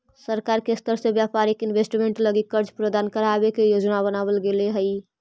सरकार के स्तर से व्यापारिक इन्वेस्टमेंट लगी कर्ज प्रदान करावे के योजना बनावल गेले हई